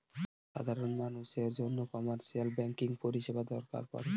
সাধারন মানুষের জন্য কমার্শিয়াল ব্যাঙ্কিং পরিষেবা দরকার পরে